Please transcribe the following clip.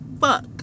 fuck